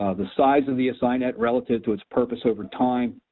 ah the size of the esinet relative to its purpose over time,